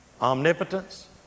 Omnipotence